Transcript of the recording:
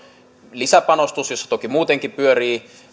lisäpanostus jossa toki muutenkin pyörii